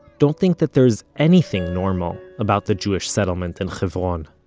don't think that there's anything normal about the jewish settlement in hebron.